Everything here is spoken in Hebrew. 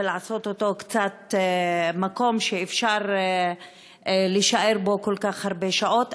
לעשות אותו מקום שקצת אפשר להישאר בו כל כך הרבה שעות,